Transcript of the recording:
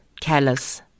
callous